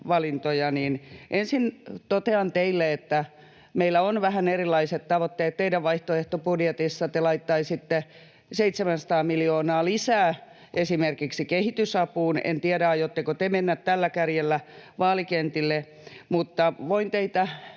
valintoja. Ensin totean teille, että meillä on vähän erilaiset tavoitteet. Teidän vaihtoehtobudjetissa te laittaisitte 700 miljoonaa lisää esimerkiksi kehitysapuun. En tiedä, aiotteko te mennä tällä kärjellä vaalikentille, mutta voin teitä,